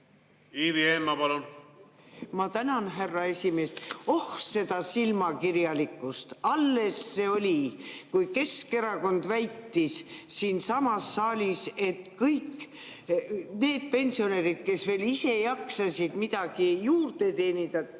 Ivi Eenmaa, palun! Ma tänan, härra esimees! Oh seda silmakirjalikkust! Alles see oli, kui Keskerakond väitis siinsamas saalis, et kõik need pensionärid, kes veel ise jaksasid midagi juurde teenida,